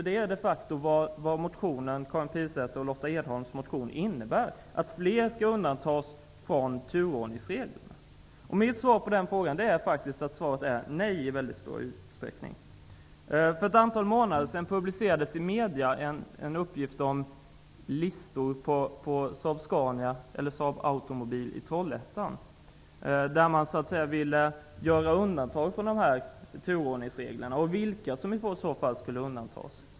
Det är de facto vad Karin Pilsäters och Lotta Edholms motion innebär. Fler skall undantas från turordningsreglerna. Mitt svar på den frågan är nej. För ett antal månader sedan publicerades i medierna en uppgift om listor på Saab Automobil i Trollhättan. Man ville göra undantag från turordningsreglerna och man angav vilka som i så fall skulle undantas.